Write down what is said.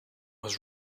was